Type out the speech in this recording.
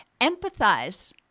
Empathize